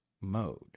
mode